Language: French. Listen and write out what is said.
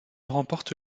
remporte